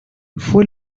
fue